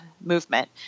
movement